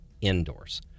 indoors